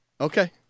Okay